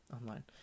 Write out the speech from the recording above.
online